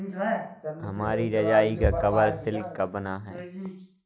हमारी रजाई का कवर सिल्क का बना है